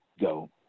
go